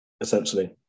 essentially